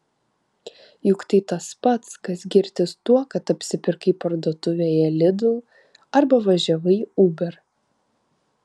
juk tai tas pats kas girtis tuo kad apsipirkai parduotuvėje lidl arba važiavai uber